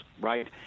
right